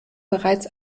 bereits